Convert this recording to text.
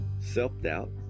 self-doubt